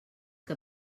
que